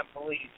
police